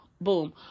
boom